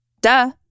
Duh